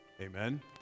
Amen